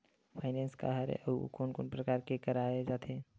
Finance का हरय आऊ कोन कोन प्रकार ले कराये जाथे?